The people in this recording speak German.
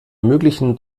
möglichen